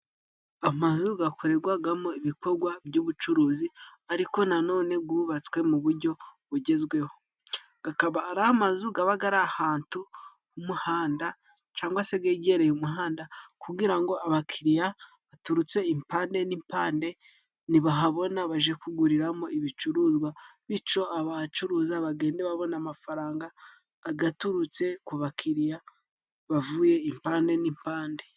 Amazu gakorerwagamo ibikogwa by'ubucuruzi ariko nanone gubatswe mu bujyo bugezweho gakaba ari amazu gaba gari ahantu h'umuhanda cangwa se hegereye umuhanda kugira ngo abakiriya baturutse impande n'impande nibahabona baje kuguriramo ibicuruzwa bityo aba bacuruza bagen babona amafaranga agaturutse ku bakiriya bavuye impande nimpande.